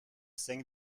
cinq